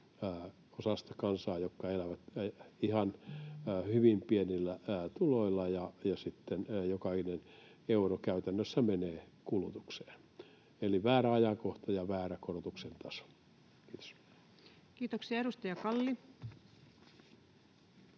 osasta kansaa, heistä, jotka elävät ihan hyvin pienillä tuloilla, ja sitten jokainen euro käytännössä menee kulutukseen. Eli väärä ajankohta ja väärä korotuksen taso. — Kiitos. [Speech 224]